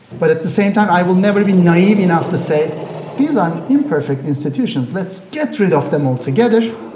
but at the same time i will never be naive enough to say these are imperfect institutions, let's get rid of them altogether,